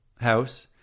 house